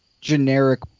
Generic